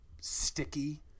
sticky